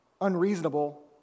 unreasonable